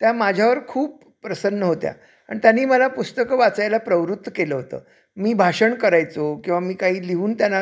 त्या माझ्यावर खूप प्रसन्न होत्या आणि त्यांनी मला पुस्तकं वाचायला प्रवृत्त केलं होतं मी भाषण करायचो किंवा मी काही लिहून त्यांना